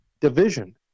division